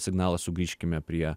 signalas sugrįžkime prie